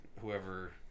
whoever –